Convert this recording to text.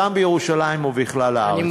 בירושלים ובכלל הארץ.